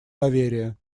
доверие